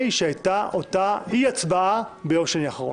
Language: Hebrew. שהייתה אותה אי הצבעה ביום שני האחרון.